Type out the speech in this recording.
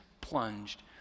plunged